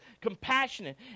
compassionate